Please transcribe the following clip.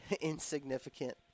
insignificant